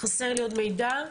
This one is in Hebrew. חסר לי עוד מידע.